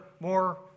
more